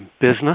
business